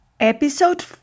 Episode